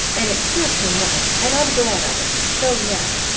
and it serves him right, and i'm glad of it so now!